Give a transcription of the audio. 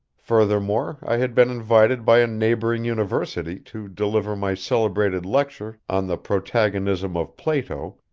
furthermore i had been invited by a neighboring university to deliver my celebrated lecture on the protagonism of plato,